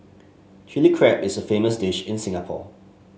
Chilli Crab is a famous dish in Singapore